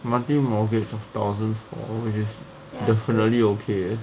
monthly mortgage of thousands for all of these is definitely okay